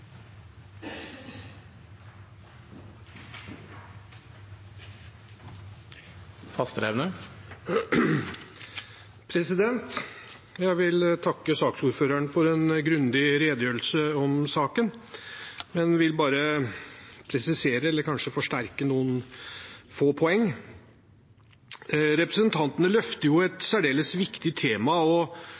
Jeg vil takke saksordføreren for en grundig redegjørelse om saken, men vil bare presisere – eller kanskje forsterke – noen få poeng. Representantene løfter et særdeles viktig tema, og